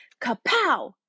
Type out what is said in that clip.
Kapow